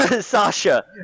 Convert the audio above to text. Sasha